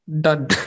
Done